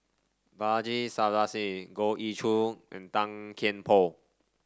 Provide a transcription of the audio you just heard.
Balaji Sadasivan Goh Ee Choo and Tan Kian Por